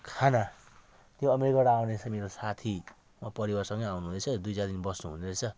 खाना त्यो अमेरिकाबाट आउने चाहिँ मेरो साथी उहाँ परिवारसँगै आउनु हुँदैछ दुई चार दिन बस्नु हुने रहेछ